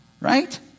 right